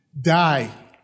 die